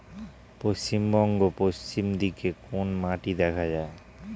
পশ্চিমবঙ্গ পশ্চিম দিকে কোন মাটি দেখা যায়?